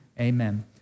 Amen